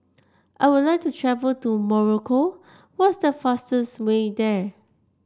I would like to travel to Morocco what is the fastest way there